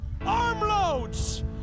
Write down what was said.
armloads